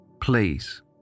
Please